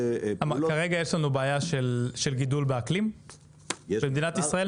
--- כרגע יש לנו בעיה של גידול באקלים במדינת ישראל?